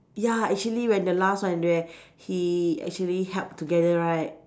ya actually when the last one where he actually help together right